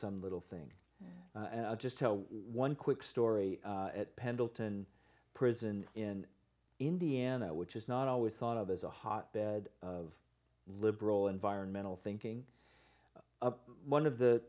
some little thing just one quick story at pendleton prison in indiana which is not always thought of as a hotbed of liberal environmental thinking one of the